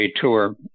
Tour